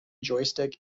joystick